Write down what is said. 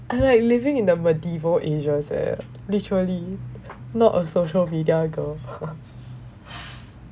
I like living in the medieval ages eh literally not a social media girl